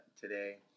today